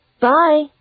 Bye